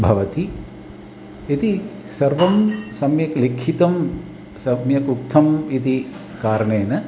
भवति इति सर्वं सम्यक् लिखितं सम्यक् उक्तम् इति कारणेन